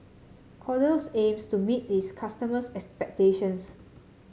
Kordel's aims to meet its customers' expectations